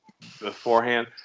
beforehand